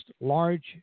large